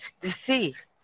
deceased